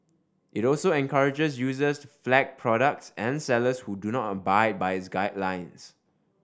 it also encourages users to flag products and sellers who do not abide by its guidelines